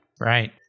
Right